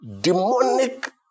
demonic